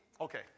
Okay